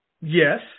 Yes